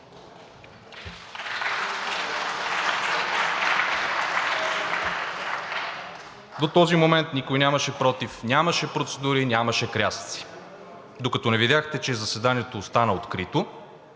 До този момент никой нямаше против, нямаше процедури, нямаше крясъци, докато не видяхте, че заседанието остана открито,